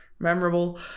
memorable